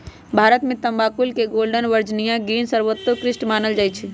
भारत में तमाकुल के गोल्डन वर्जिनियां ग्रीन सर्वोत्कृष्ट मानल जाइ छइ